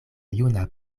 juna